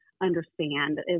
understand